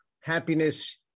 happiness